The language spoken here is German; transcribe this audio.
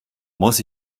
muss